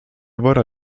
wora